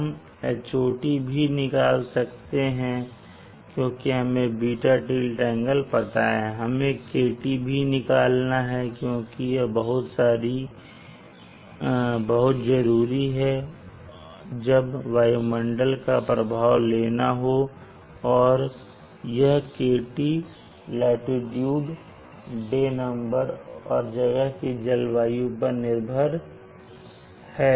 हम Hot भी निकाल सकते हैं क्योंकि हमें β टिल्ट एंगल पता है और हमें KT भी निकालना है क्योंकि यह बहुत जरूरी है जब आपको वायुमंडल का प्रभाव लेना हो और यह KT लाटीट्यूड डे नंबर और जगह की जलवायु पर निर्भर है